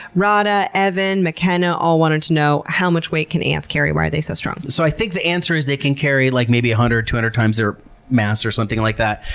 radha, evan, mckenna, all wanted to know how much weight can ant carry? why are they so strong? so i think the answer is they can carry like maybe one hundred, two hundred times their mass or something like that.